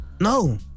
No